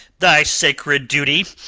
thy sacred duty,